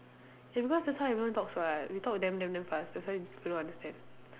ya because that's how everyone talks [what] we talk damn damn fast that's why people don't understand